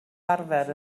arfer